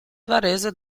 varese